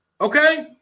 Okay